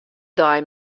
dei